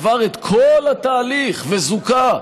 עבר את כל התהליך וזוכה.